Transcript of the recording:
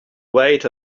wait